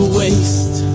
waste